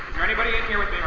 there anybody in here with